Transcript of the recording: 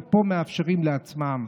ופה מאפשרים לעצמם.